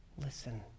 listen